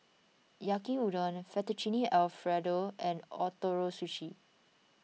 Yaki Udon Fettuccine Alfredo and Ootoro Sushi